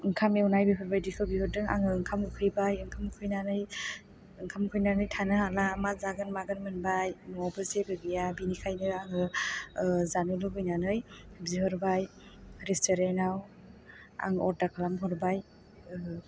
ओंखाम एवनाय बेफोरबायदिखौ बिहरदों आं ओंखाम उखैबाय ओंखाम उखैनानै ओंखाम उखैनानै थानो हाला मा जागोन मागोन मोनबाय न'वावबो जेबो गैया बेनिखायनो आं ओ जानो लुबैनानै बिहरबाय रेस्टुरेन्टाव आं अरदार खालामहरबाय